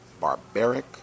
barbaric